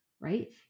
right